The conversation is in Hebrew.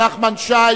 נחמן שי,